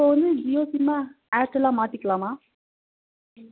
இப்போ வந்து ஜியோ சிமை ஏர்ட்டலா மாற்றிக்கலாமா